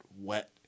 wet